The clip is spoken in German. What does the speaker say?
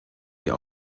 wir